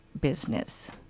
business